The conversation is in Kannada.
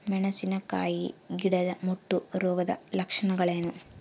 ಮೆಣಸಿನಕಾಯಿ ಗಿಡದ ಮುಟ್ಟು ರೋಗದ ಲಕ್ಷಣಗಳೇನು?